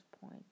point